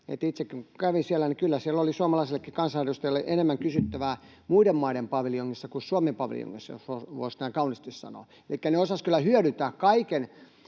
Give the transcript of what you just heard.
kun kävin siellä, niin kyllä siellä oli suomalaisellekin kansanedustajalle enemmän kysyttävää muiden maiden paviljongeissa kuin Suomen paviljongissa, jos voisi näin kauniisti sanoa. Elikkä he osasivat kyllä hyödyntää kaiken